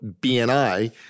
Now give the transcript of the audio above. BNI